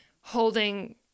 holding